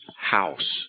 house